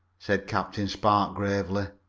said captain spark gravely,